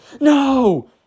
no